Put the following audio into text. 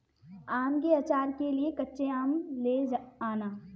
आम के आचार के लिए कच्चे आम ले आना